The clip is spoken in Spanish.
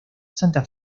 santa